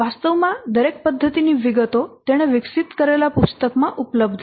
વાસ્તવમાં દરેક પદ્ધતિની વિગતો તેણે વિકસિત કરેલા પુસ્તકમાં ઉપલબ્ધ છે